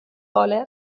بالغ